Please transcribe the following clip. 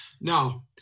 Now